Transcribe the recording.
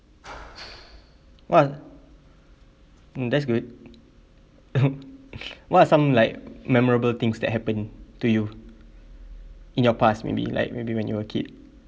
!wah! hmm that's good what are some like memorable things that happened to you in your past maybe like maybe when you were a kid